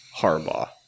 Harbaugh